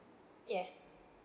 yes